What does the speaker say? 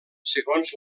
segons